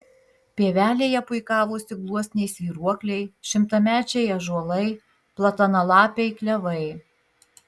pievelėje puikavosi gluosniai svyruokliai šimtamečiai ąžuolai platanalapiai klevai